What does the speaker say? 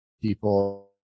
People